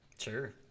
sure